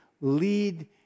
lead